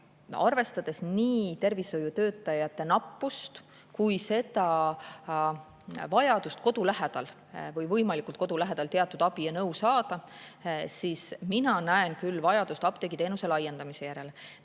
arvestades nii tervishoiutöötajate nappust kui ka vajadust kodu lähedal või võimalikult kodu lähedal teatud abi ja nõu saada, siis mina näen küll vajadust apteegiteenuse laiendamise järele.